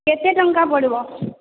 କେତେ ଟଙ୍କା ପଡ଼ିବ